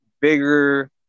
bigger